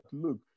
look